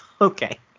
Okay